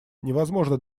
невозможно